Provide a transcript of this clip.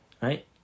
right